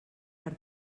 per